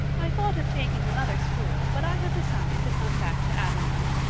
i thought of taking another school, but i have decided to come back to avonlea.